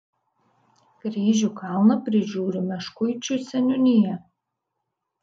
kryžių kalną prižiūri meškuičių seniūnija